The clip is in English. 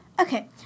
Okay